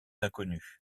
inconnue